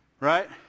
Right